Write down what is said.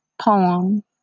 Poem